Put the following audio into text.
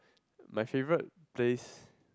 my favourite place